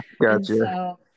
Gotcha